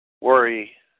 worry